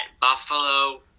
Buffalo